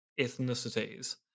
ethnicities